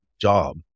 job